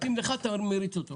מתאים לך, אתה מריץ אותו.